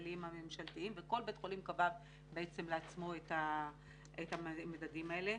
הכלליים-הממשלתיים וכל בית חולים קבע בעצם לעצמו את המדדים האלה.